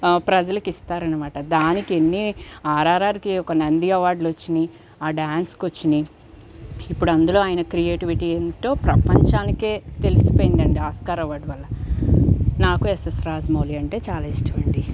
ప్రజలకిస్తాఋ అనమాట దానికెన్ని ఆర్ఆర్ఆర్కి ఒక నంది అవార్డ్లు వచ్చినాయి డాన్స్కు వచ్చినాయి ఇప్పుడు అందులో ఆయన క్రియేటివిటీ ఏమిటో ప్రపంచానికే తెలిసిపోయిందండి ఆస్కార్ అవార్డ్ వల్ల నాకు ఎస్ఎస్ రాజ్మౌళి అంటే చాలా ఇష్టమండి